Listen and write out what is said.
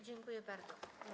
Dziękuję bardzo.